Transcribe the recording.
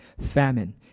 famine